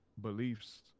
beliefs